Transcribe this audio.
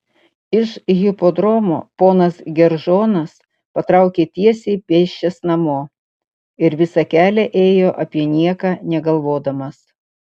iš hipodromo ponas geržonas patraukė tiesiai pėsčias namo ir visą kelią ėjo apie nieką negalvodamas